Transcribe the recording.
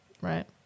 Right